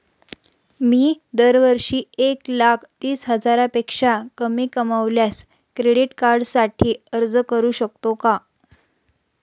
मी दरवर्षी एक लाख तीस हजारापेक्षा कमी कमावल्यास क्रेडिट कार्डसाठी अर्ज करू शकतो का?